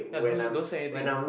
ya those those anything you know